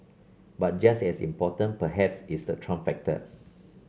but just as important perhaps is the Trump factor